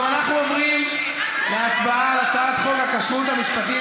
אנחנו עוברים להצבעה על הצעת חוק הכשרות המשפטית